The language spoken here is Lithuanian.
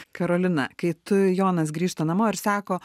karolina kai tu jonas grįžta namo ir sako